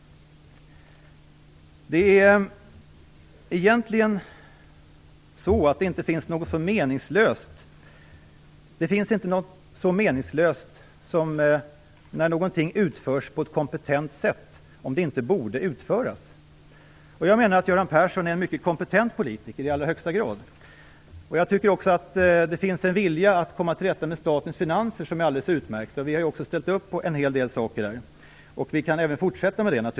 Det finns egentligen inte något så meningslöst som när någonting utförs på ett kompetent sätt och det inte borde utföras. Jag menar att Göran Persson i allra högsta grad är en mycket kompetent politiker. Jag tycker också att det finns en vilja att komma till rätta med statens finanser som är alldeles utmärkt. Miljöpartiet har också ställt upp på en hel del saker, och vi kan naturligtvis även fortsätta med det.